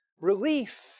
relief